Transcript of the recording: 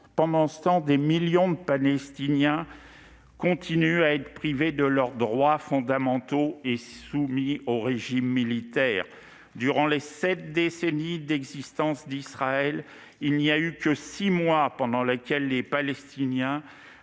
pendant ce temps, des millions de Palestiniens continuent d'être privés de leurs droits fondamentaux et soumis au régime militaire. Durant les sept décennies d'existence d'Israël, il n'y a eu que de six mois pendant lesquels les Palestiniens